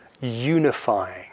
unifying